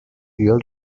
real